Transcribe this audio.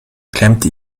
klemmte